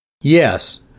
Yes